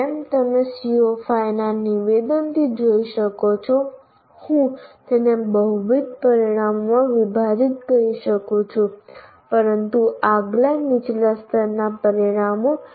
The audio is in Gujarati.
જેમ તમે CO5 ના નિવેદનથી જોઈ શકો છો હું તેને બહુવિધ પરિણામોમાં વિભાજીત કરી શકું છું પરંતુ આગલા નીચલા સ્તરના પરિણામો